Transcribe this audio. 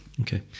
okay